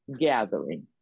gathering